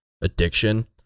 addiction